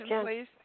please